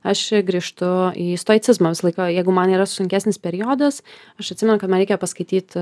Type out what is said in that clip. aš grįžtu į stoicizmą visą laiką jeigu man yra sunkesnis periodas aš atsimenu kad man reikia paskaityt